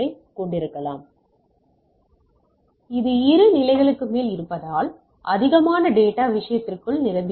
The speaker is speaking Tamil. எனவே இது 2 நிலைகளுக்கு மேல் இருப்பதால் அதிகமான டேட்டா விஷயத்திற்குள் நிரம்பியுள்ளது